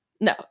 No